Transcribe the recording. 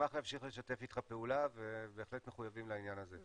נשמח להמשיך לשתף איתך פעולה ובהחלט אנחנו מחויבים לעניין הזה.